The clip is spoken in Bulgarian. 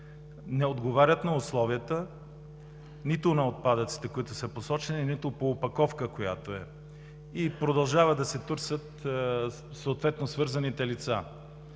не отговаря на условията – нито на отпадъците, които са посочени, нито по опаковка, и продължават да се търсят съответно свързаните лица.